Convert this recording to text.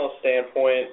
standpoint